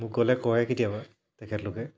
মোক গ'লে কয় কেতিয়াবা তেখেতলোকে